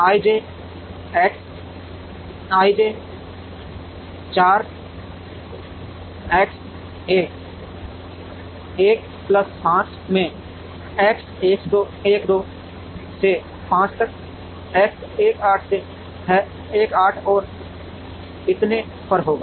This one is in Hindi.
ij X ij 4 X 1 1 plus 5 में X 1 2 से 5 तक X 1 8 और इतने पर होगा